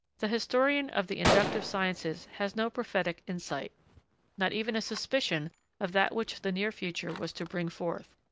the historian of the inductive sciences has no prophetic insight not even a suspicion of that which the near future was to bring forth.